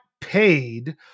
paid